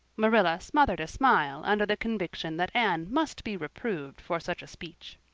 marilla smothered a smile under the conviction that anne must be reproved for such a speech.